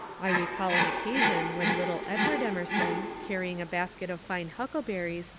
i recall an occasion when little edward emerson, carrying a basket of fine huckleberries,